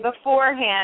beforehand